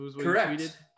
Correct